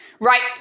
right